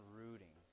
rooting